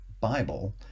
Bible